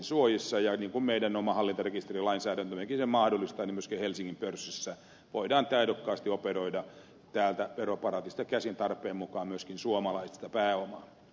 ja niin kuin meidän oma hallintarekisterilainsäädäntömmekin sen mahdollistaa myöskin helsingin pörssissä voidaan taidokkaasti operoida täältä veroparatiisista käsin tarpeen mukaan myöskin suomalaista pääomaa